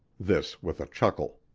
this with a chuckle.